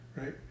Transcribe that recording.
right